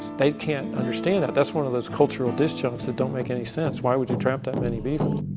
they can't understand that. that's one of those cultural disjuncts that don't make any sense. why would you trap that many beaver?